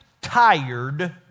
tired